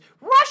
Russia